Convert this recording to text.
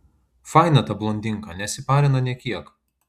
faina ta blondinka nesiparina nė kiek